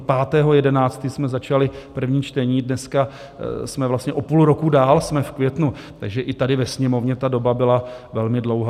5. 11. jsme začali první čtení, dneska jsme vlastně o půl roku dál, jsme v květnu, takže i tady ve Sněmovně ta doba byla velmi dlouhá.